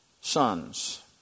sons